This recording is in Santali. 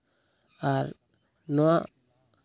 ᱟᱨ ᱱᱚᱣᱟ